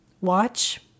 watch